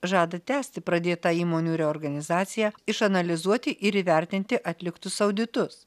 žada tęsti pradėtą įmonių reorganizaciją išanalizuoti ir įvertinti atliktus auditus